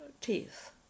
teeth